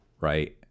right